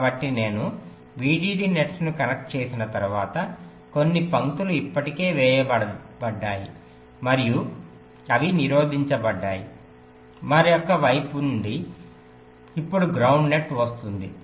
కాబట్టి నేను VDD నెట్స్ను కనెక్ట్ చేసిన తర్వాత కొన్ని పంక్తులు ఇప్పటికే వేయబడ్డాయి మరియు అవి నిరోధించబడ్డాయి మరొక వైపు నుండి ఇప్పుడు గ్రౌండ్ నెట్ వస్తుంది